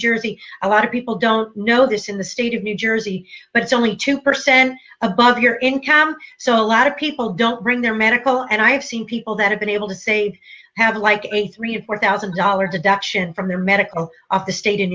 jersey a lot of people don't know this in the state of new jersey but it's only two percent above your income so a lot of people don't bring their medical and i have seen people that have been able to say have like a three or four thousand dollars deduction from their medical off the state